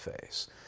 face